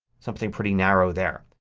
something pretty narrow there.